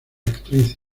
actriz